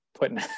putting